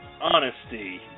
honesty